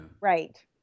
Right